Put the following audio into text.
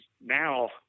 now